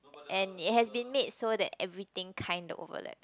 and it has been made so that everything kind of overlaps